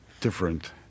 different